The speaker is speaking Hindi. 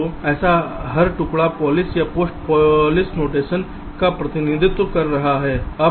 तो ऐसा हर टुकड़ा पॉलिश या पोस्टफिक्स नोटेशन का प्रतिनिधित्व कर रहा है